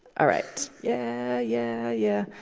ah right. yeah, yeah, yeah.